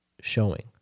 showing